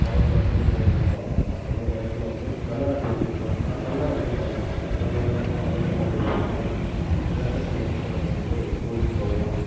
உடம்புல சூடு குறையுதான்னு பார்ப்பாங்க அப்புறமேட்டு வயிற்றுல வந்து நல்லெண்ணெய் தேய்ச்சி வைப்பாங்க நல்லெண்ணெய் தேய்ப்பாங்க நல்லெண்ணெய் இல்லைனா வெளக்கெண்ணெய் தேய்ப்பாங்க இதில் வந்து நம்மளுக்கு வந்து கொஞ்சம் வந்து கூலிங் குறையும்